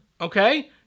Okay